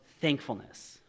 thankfulness